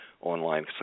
online